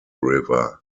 river